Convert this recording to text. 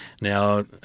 Now